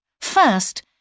First